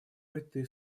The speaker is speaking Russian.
этой